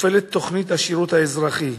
מופעלת תוכנית השירות האזרחי?